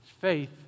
Faith